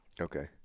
Okay